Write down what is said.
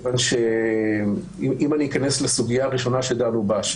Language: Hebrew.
אם אני אכנס לסוגיה הראשונה שדנו בה,